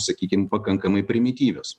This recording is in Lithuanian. sakykim pakankamai primityvios